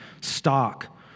stock